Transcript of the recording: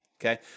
okay